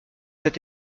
cet